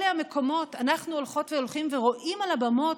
אנחנו הולכות והולכים ורואים על הבמות